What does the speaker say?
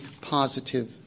positive